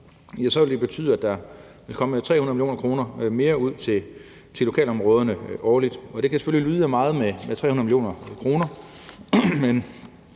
2030, vil det betyde, at der vil komme 300 mio. kr. mere ud til lokalområderne årligt. Det kan selvfølgelig lyde af meget med 300 mio. kr.,